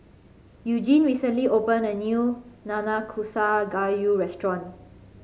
Eugene recently opened a new Nanakusa Gayu restaurant